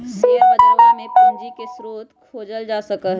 share बजरवा में भी पूंजी के स्रोत के खोजल जा सका हई